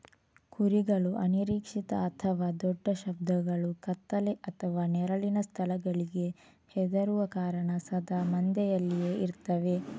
ಕುರಿಗಳು ಅನಿರೀಕ್ಷಿತ ಅಥವಾ ದೊಡ್ಡ ಶಬ್ದಗಳು, ಕತ್ತಲೆ ಅಥವಾ ನೆರಳಿನ ಸ್ಥಳಗಳಿಗೆ ಹೆದರುವ ಕಾರಣ ಸದಾ ಮಂದೆಯಲ್ಲಿಯೇ ಇರ್ತವೆ